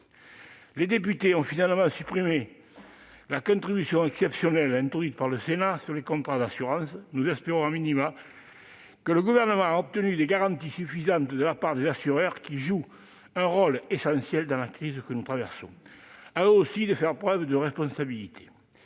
Les députés ont finalement supprimé la contribution exceptionnelle introduite par le Sénat sur les contrats d'assurance. Nous espérons que le Gouvernement a obtenu des garanties suffisantes de la part des assureurs, qui jouent un rôle essentiel dans la crise que nous traversons. À eux aussi de faire preuve de responsabilité